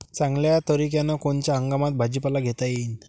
चांगल्या तरीक्यानं कोनच्या हंगामात भाजीपाला घेता येईन?